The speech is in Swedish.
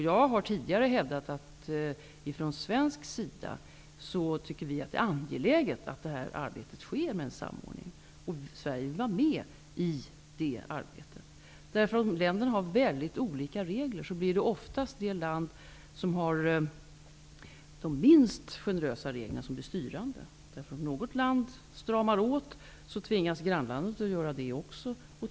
Jag har tidigare från svensk sida hävdat att det är angeläget att det sker en samordning. Sverige vill vara med i det arbetet. Eftersom länderna har olika regler, blir det oftast det land som har de minst generösa reglerna som blir styrande. Om något land stramar åt, tvingas grannlandet att också göra det.